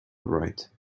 right